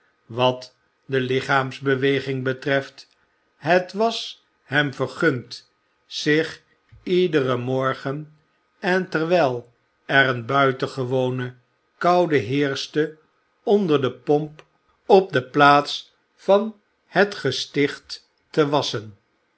wat de lichaamsbeweging betreft het was hem vergund zich iederen morgen en terwijl er eene buitengewone koude heerschte onder de pomp op de plaats van het gesticht te wasschen